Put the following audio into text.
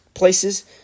places